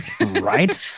Right